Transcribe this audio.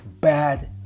bad